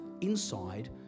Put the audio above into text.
inside